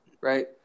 Right